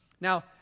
Now